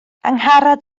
angharad